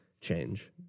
change